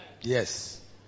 yes